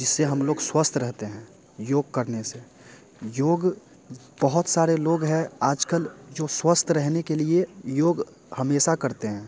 जिससे हम लोग स्वस्थ रहते हैं योग करने से योग बहुत सारे लोग है आजकल जो स्वस्थ रहने के लिए योग हमेशा करते हैं